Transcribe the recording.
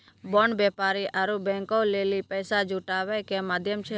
bond व्यापारी आरु बैंको लेली पैसा जुटाबै के माध्यम छै